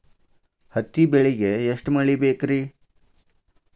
ಹತ್ತಿ ಬೆಳಿಗ ಎಷ್ಟ ಮಳಿ ಬೇಕ್ ರಿ?